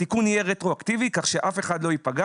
התיקון יהיה רטרואקטיבי כך שאף אחד לא ייפגע.